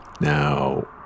Now